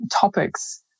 topics